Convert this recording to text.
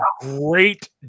great